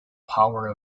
power